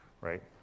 right